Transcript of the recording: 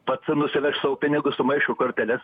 pats nusivešt savo pinigus sumaišo korteles